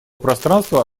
пространства